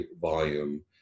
volume